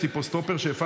יש לי פה סטופר שהפעלתי,